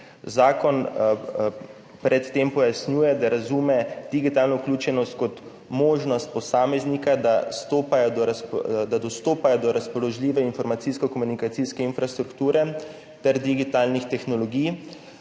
Zakon pred tem pojasnjuje, da razume digitalno vključenost kot možnost posameznika, da dostopa do razpoložljive informacijsko-komunikacijske infrastrukture ter digitalnih tehnologij,